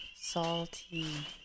salty